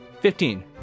Fifteen